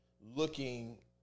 looking